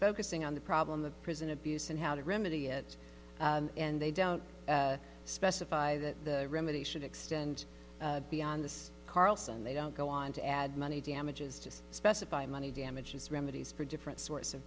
focusing on the problem the prison abuse and how to remedy it and they don't specify that the remedy should extend beyond this carlson they don't go on to add money damages just specify money damages remedies for different sorts of